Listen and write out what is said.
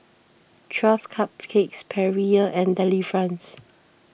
twelve Cupcakes Perrier and Delifrance